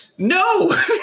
No